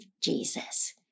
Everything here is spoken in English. Jesus